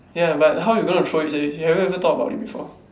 ya but how are you going to throw it sia have you ever thought about it before